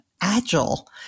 Agile